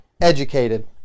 educated